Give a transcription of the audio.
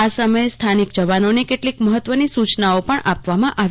આ સમયે સ્થાનિક જવાનોને કેટલીક મહત્વની સુચનાઓ પણ આપી હતી